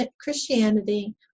Christianity